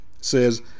says